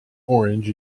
orange